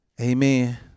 amen